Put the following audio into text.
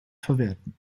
verwerten